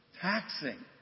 taxing